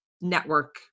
network